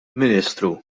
ministru